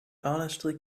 honestly